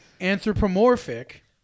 anthropomorphic